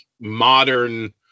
modern